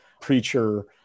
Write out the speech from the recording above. preacher